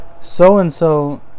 so-and-so